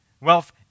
Wealth